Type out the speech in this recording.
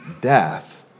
death